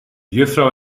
juffrouw